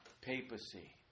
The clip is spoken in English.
papacy